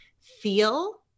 feel